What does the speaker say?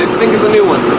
think is a new one!